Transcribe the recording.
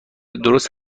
درست